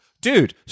Dude